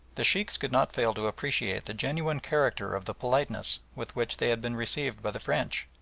the sheikhs could not fail to appreciate the genuine character of the politeness with which they had been received by the french.